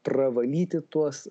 pravalyti tuos